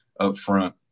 upfront